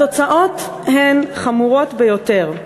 התוצאות הן חמורות ביותר.